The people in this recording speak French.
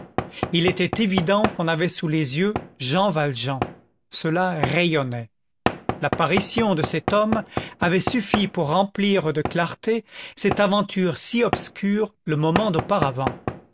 il était évident qu'on avait sous les yeux jean valjean cela rayonnait l'apparition de cet homme avait suffi pour remplir de clarté cette aventure si obscure le moment d'auparavant